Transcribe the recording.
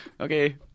Okay